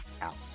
out